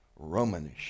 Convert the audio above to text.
Romanish